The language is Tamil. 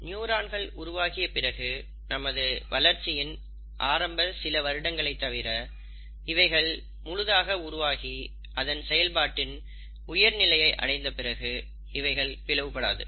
நியூரான்கள் உருவாகிய பிறகு நமது வளர்ச்சியின் ஆரம்ப சில வருடங்களை தவிர இவைகள் முழுதாக உருவாகி அதன் செயல்பாட்டில் உயர் நிலையை அடைந்த பிறகு இவைகள் பிளவு படாது